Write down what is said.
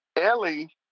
Ellie